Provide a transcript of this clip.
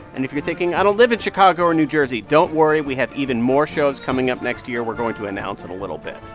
and if you're thinking, i don't live in chicago or new jersey, don't worry we have even more shows coming up next year we're going to announce in a little bit.